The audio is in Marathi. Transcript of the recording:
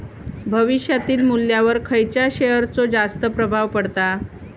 भविष्यातील मुल्ल्यावर खयच्या शेयरचो जास्त प्रभाव पडता?